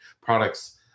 products